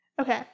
okay